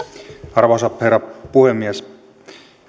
arvoisa herra puhemies